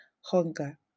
hunger